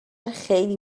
خیلی